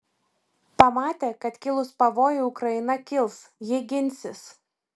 pamatė kad kilus pavojui ukraina kils ji ginsis